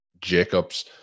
Jacobs